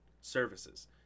services